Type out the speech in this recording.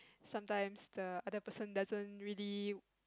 sometimes the other person doesn't really